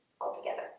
altogether